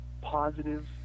positive